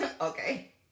Okay